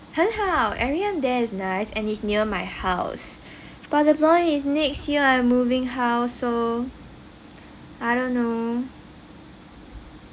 很好 area there is nice and it's near my house but the problem is next year I'm moving house so I don't know